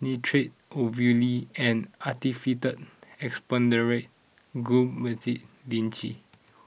Nitrate Ovule and Actified Expectorant Guaiphenesin Linctus